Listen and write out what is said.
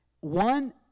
One